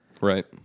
Right